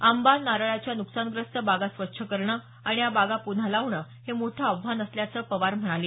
आंबा नारळाच्या नुकसानग्रस्त बागा स्वच्छ करणं आणि या बागा पुन्हा लावणं हे मोठं आव्हान असल्याचं पवार म्हणाले